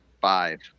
five